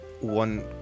one